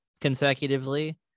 consecutively